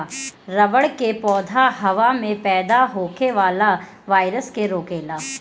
रबड़ के पौधा हवा में पैदा होखे वाला वायरस के रोकेला